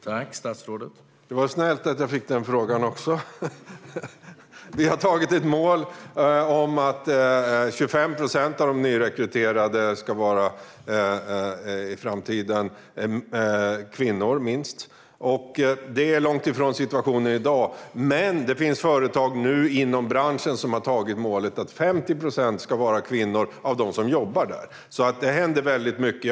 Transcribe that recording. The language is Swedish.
Herr talman! Det var snällt att jag fick den frågan också. Vi har antagit ett mål om att minst 25 procent av de nyrekryterade i framtiden ska vara kvinnor. Det är långt ifrån hur situationen ser ut i dag, men det finns nu företag inom branschen som har antagit målet att 50 procent av dem som jobbar där ska vara kvinnor. Det händer alltså väldigt mycket.